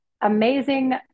amazing